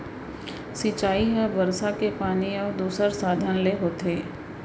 सिंचई ह बरसा के पानी अउ दूसर साधन ले होथे